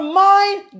mind